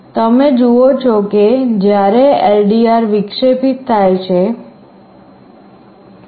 તમે જુઓ છો કે જ્યારે LDR વિક્ષેપિત થાય છે લાઈટ ઝગમગે છે